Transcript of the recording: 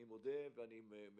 אני מודה ומשבח